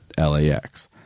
LAX